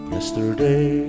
Yesterday